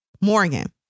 Morgan